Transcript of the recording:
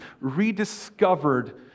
rediscovered